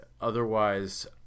otherwise